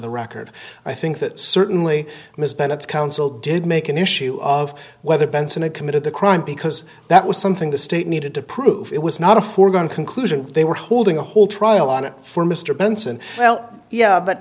the record i think that certainly miss bennett's counsel did make an issue of whether benson had committed the crime because that was something the state needed to prove it was not a foregone conclusion they were holding a whole trial on it for mr benson well yeah but